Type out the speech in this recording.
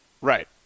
Right